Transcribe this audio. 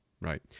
right